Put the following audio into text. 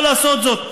יכול לעשות זאת.